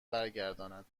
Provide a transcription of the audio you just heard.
برگرداند